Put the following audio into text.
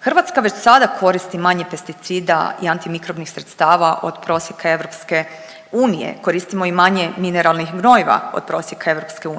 Hrvatska već sada koristi manje pesticida i antimikrobnih sredstava od prosjeka EU, koristimo i manje mineralnih gnojiva od prosjeka EU.